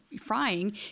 frying